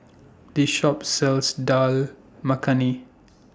This Shop sells Dal Makhani